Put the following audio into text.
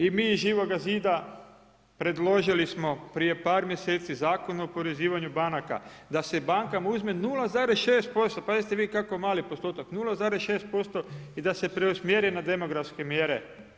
I mi iz Živoga zida predložili smo prije par mjeseci Zakon o oporezivanju banaka da se bankama uzme 0,6% pazite vi kako mali postotak, 0,6% i da se preusmjeri na demografske mjere.